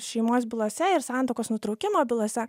šeimos bylose ir santuokos nutraukimo bylose